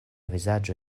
vizaĝo